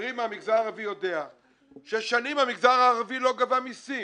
חברי מהמגזר הערבי יודע ששנים המגזר הערבי לא גבה מסים.